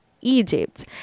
Egypt